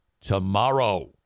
tomorrow